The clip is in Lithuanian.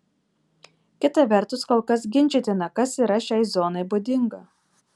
kita vertus kol kas ginčytina kas yra šiai zonai būdinga